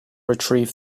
retrieve